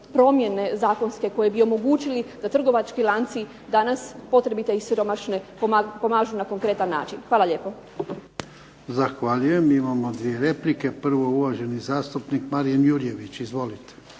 promjene zakonske koje bi omogućili da trgovački lanci danas potrebite i siromašne pomažu na konkretan način. Hvala lijepo. **Jarnjak, Ivan (HDZ)** Zahvaljujem. Imamo dvije replike. Prvo uvaženi zastupnik Marin Jurjević. Izvolite.